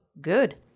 Good